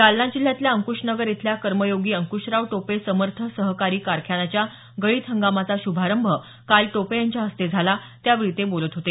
जालना जिल्ह्यातल्या अंक्शनगर इथल्या कर्मयोगी अंक्शराव टोपे समर्थ सहकारी कारखान्याच्या गळीत हंगामाचा शुभारंभ काल टोपे यांच्या हस्ते झाला त्यावेळी ते बोलत होते